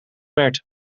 werd